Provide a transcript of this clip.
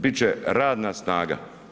Biti će radna snaga.